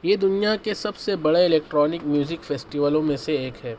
یہ دنیا کے سب سے بڑے الیکٹرانک میوزک فیسٹولوں میں سے ایک ہے